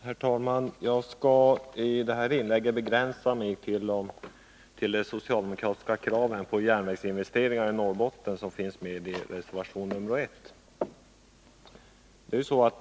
Herr talman! Jag skall i detta inlägg begränsa mig till de socialdemokratiska krav på järnvägsinvesteringar i Norrbotten som finns med i reservation nr 1.